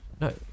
No